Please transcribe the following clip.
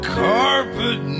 carpet